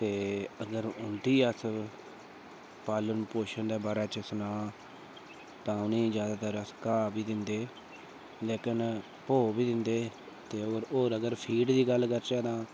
लेकिन उं'दी अस पालन पोशन दे बारे च सनांऽ तां उ'नें ई जैदातर अस घाऽ बी दिन्ने लेकिन भोऽ बी दिन्ने ते होर अगर फीड दी गल्ल करचै तां